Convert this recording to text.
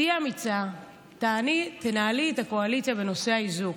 תהיי אמיצה, תנהלי את הקואליציה בנושא האיזוק.